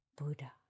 Buddha